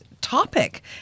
topic